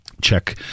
Check